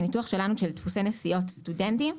מניתוח שלנו של דפוסי נסיעות סטודנטים,